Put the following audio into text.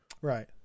Right